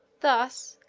thus,